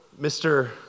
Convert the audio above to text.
Mr